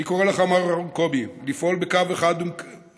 אני קורא לך, מר קובי, לפעול בקו אחד מקרב.